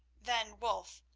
then wulf,